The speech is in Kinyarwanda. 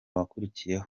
wakurikiyeho